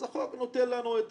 החוק נותן לנו את